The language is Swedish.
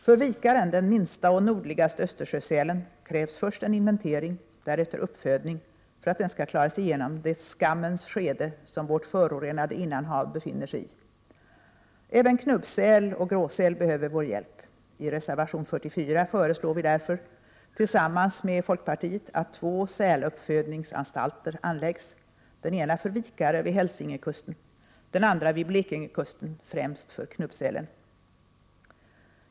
För vikaren, den minsta och nordligaste Östersjösälen, krävs först en inventering, därefter uppfödning för att den skall klara sig igenom det skammens skede som vårt förorenade innanhav befinner sig i. Även knubbsäl och gråsäl behöver vår hjälp. I reservation 44 föreslår vi därför tillsammans med folkpartiet att två säluppfödningsanstalter anläggs, den ena för vikare vid Hälsingekusten, den andra vid Blekingekusten, främst för knubbsälen.